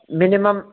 minimum